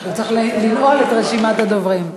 הוא צריך לנעול את רשימת הדוברים.